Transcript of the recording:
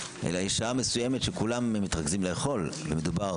אלא שיש שעה מסוימת שכולם מתרכזים לאכול ומדובר